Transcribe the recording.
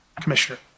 Commissioner